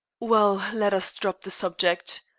well, let us drop the subject.